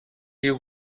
you